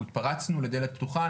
או התפרצנו לדלת פתוחה.